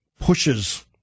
pushes